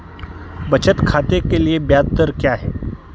बचत खाते के लिए ब्याज दर क्या है?